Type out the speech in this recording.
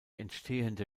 entstehende